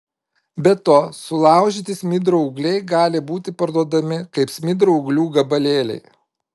be to sulaužyti smidro ūgliai gali būti parduodami kaip smidro ūglių gabalėliai